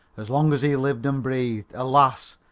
as long as he lived and breathed. alas!